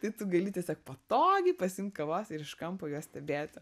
tai tu gali tiesiog patogiai pasiimt kavos ir iš kampo juos stebėti